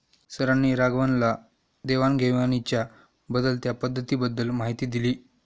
सरांनी राघवनला देवाण घेवाणीच्या बदलत्या पद्धतींबद्दल माहिती दिली